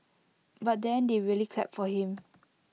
but then they really clapped for him